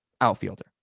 outfielder